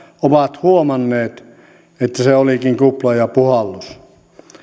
ovat huomanneet että se olikin kupla ja puhallus